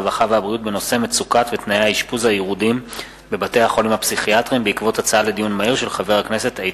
הרווחה והבריאות בעקבות דיון מהיר בנושא: המצוקה